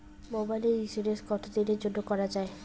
মোবাইলের ইন্সুরেন্স কতো দিনের জন্যে করা য়ায়?